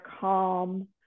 calm